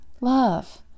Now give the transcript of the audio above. love